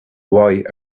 why